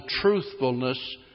truthfulness